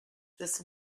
this